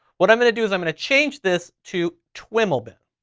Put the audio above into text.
what i'm gonna do is i'm gonna change this to twiml bin.